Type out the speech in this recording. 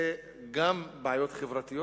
זה גם בעיות חברתיות,